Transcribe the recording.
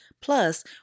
Plus